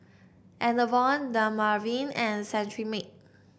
Enervon Dermaveen and Cetrimide